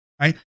Right